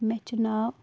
مےٚ چھِ ناو